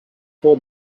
for